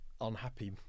unhappy